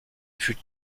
fut